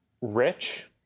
rich